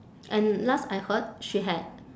and last I heard she had